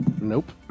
Nope